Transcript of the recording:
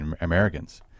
Americans